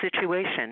situation